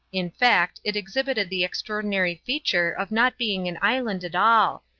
in fact, it exhibited the extraordinary feature of not being an island at all.